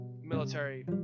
military